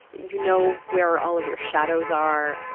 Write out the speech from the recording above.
you know where all of your shadows are.